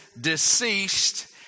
deceased